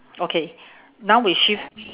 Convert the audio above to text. okay now we shift